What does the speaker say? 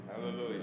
Hallelujah